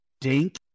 dink